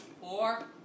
four